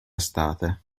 estate